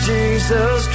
Jesus